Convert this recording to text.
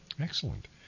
Excellent